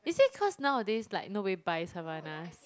is it cause nowadays like nobody buys Havainas